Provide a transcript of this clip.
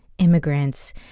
immigrants